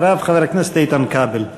אחריו, חבר הכנסת איתן כבל.